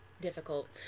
difficult